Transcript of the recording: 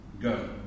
go